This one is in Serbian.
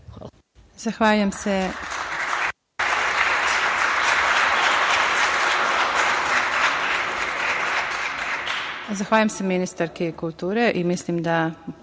Hvala.